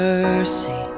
Mercy